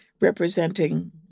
representing